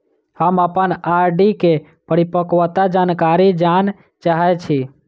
हम अप्पन आर.डी केँ परिपक्वता जानकारी जानऽ चाहै छी